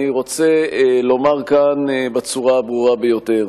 אני רוצה לומר כאן בצורה הברורה ביותר: